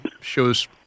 shows